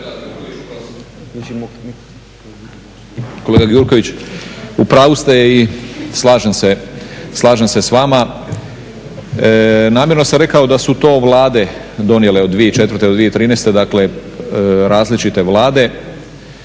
Kolega Gjurković, u pravu ste i slažem se s vama. Namjerno sam rekao da su to vlade donijele od 2004. do 2013., dakle različite vlade